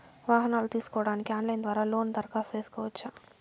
వాహనాలు తీసుకోడానికి ఆన్లైన్ ద్వారా లోను దరఖాస్తు సేసుకోవచ్చా?